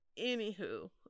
anywho